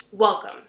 welcome